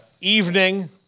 evening